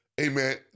amen